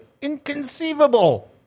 Inconceivable